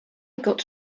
got